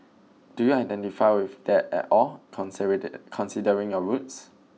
do you identify with that at all considering your roots